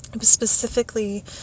specifically